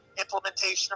implementation